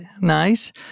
Nice